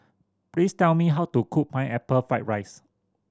please tell me how to cook Pineapple Fried rice